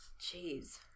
Jeez